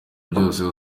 byose